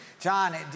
John